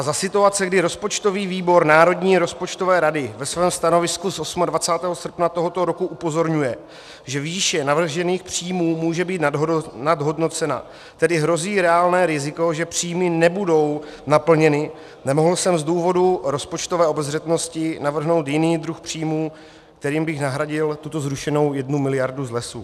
Za situace, kdy rozpočtový výbor Národní rozpočtové rady ve svém stanovisku z 28. srpna tohoto roku upozorňuje, že výše navržených příjmů může být nadhodnocena, tedy hrozí reálné riziko, že příjmy nebudou naplněny, nemohl jsem z důvodů rozpočtové obezřetnosti navrhnout jiný druh příjmů, kterým bych nahradil tuto zrušenou 1 mld. z lesů.